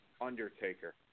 Undertaker